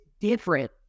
different